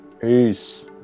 Peace